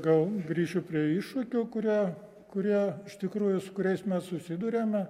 gal grįšiu prie iššūkių kurie kurie iš tikrųjų su kuriais mes susiduriame